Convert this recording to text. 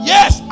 Yes